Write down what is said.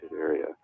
area